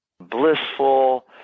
blissful